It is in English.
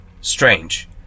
strange